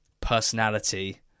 personality